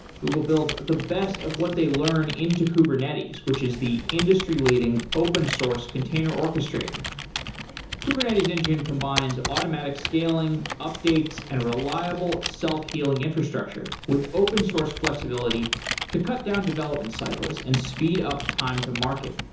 google builds the best of what they learn into kubernetes, which is the industry-leading, open source container orchestrator kubernetes engine combines automatic scaling, updates and reliable self-healing infrastructure with open source flexibility to cut down development cycles and speed up time to market.